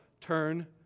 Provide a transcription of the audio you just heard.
turn